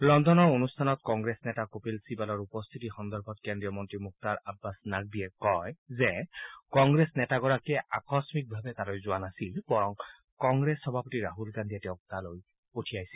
লণ্ডনৰ অনুষ্ঠানত কংগ্ৰেছ নেতা কপিল চিবালৰ উপস্থিতি সন্দৰ্ভত কেন্দ্ৰীয় মন্ত্ৰী মুখতাৰ আববাচ নাকভিয়ে কয় যে কংগ্ৰেছ নেতাগৰাকীয়ে আকস্মিকভাৱে তালৈ যোৱা নাছিল বৰং কংগ্ৰেছ সভাপতি ৰাহুল গান্ধীয়ে তেওঁক তালৈ পঠিয়াইছিল